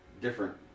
different